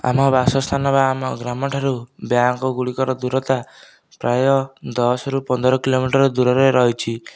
ଆମ ବାସ ସ୍ଥାନରୁ ଆମ ଗ୍ରାମ ଠାରୁ ବ୍ୟାଙ୍କ ଗୁଡ଼ିକର ଦୂରତା ପ୍ରାୟ ଦଶରୁ ପନ୍ଦର କିଲୋମିଟର ଦୂରରେ ରହିଛି